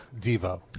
Devo